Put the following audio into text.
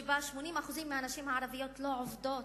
שבה 80% מהנשים הערביות לא עובדות?